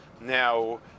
Now